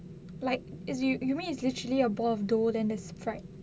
like is you you means is literally a ball of dough then the Sprite